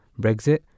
Brexit